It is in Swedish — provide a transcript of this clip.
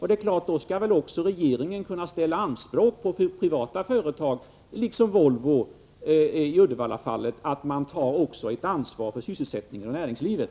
Det är klart att regeringen då också skall kunna ställa anspråk på privata företag, liksom när det gäller Volvo i Uddevallafallet, att man tar ansvar för sysselsättningen, för näringslivet.